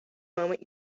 moment